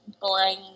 boring